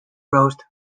roast